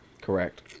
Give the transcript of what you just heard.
Correct